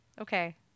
Okay